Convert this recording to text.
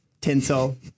tinsel